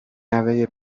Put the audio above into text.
نوه